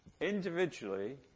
individually